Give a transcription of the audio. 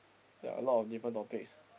there are a lot of different topics